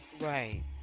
Right